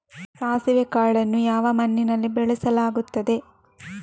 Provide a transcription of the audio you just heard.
ಸಾಸಿವೆ ಕಾಳನ್ನು ಯಾವ ಮಣ್ಣಿನಲ್ಲಿ ಬೆಳೆಸಲಾಗುತ್ತದೆ?